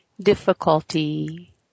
difficulty